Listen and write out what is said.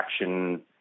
action